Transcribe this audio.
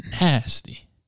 nasty